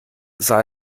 sah